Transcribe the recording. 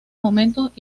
momentos